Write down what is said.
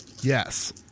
Yes